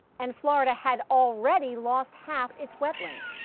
and florida had already lost half its wetlands.